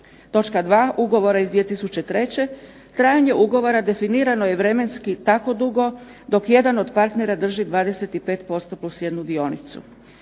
točka 2. ugovora iz 2003. trajanje ugovora definirano je vremenski tako dugo dok jedan od partner drži 25% + jednu dionicu.